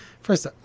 first